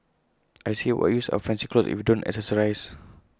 I say what use are fancy clothes if you don't accessorise